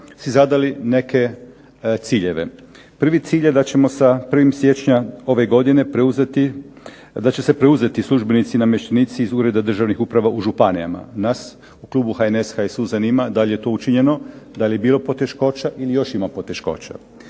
si zadali neke ciljeve. Prvi cilj je da ćemo sa 1. siječnja ove godine preuzeti, da će se preuzeti službenici i namještenici iz Ureda državnih uprava u županijama. Nas u klubu HNS-HSU zanima da li je to učinjeno, da li je bilo poteškoća ili još ima poteškoća?